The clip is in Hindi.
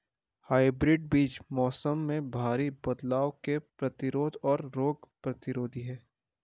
हाइब्रिड बीज मौसम में भारी बदलाव के प्रतिरोधी और रोग प्रतिरोधी हैं